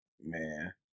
man